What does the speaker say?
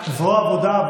אבל זרוע העבודה,